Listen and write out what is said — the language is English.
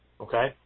okay